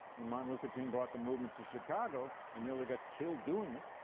when martin luther king brought the movement to chicago and nearly got killed doing it.